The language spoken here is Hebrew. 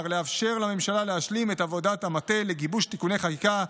לאפשר לממשלה להשלים את עבודת המטה לגיבוש תיקוני חקיקה,